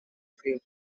field